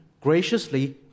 graciously